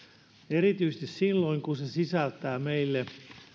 erityisesti silloin kun se sisältää sellaisia meille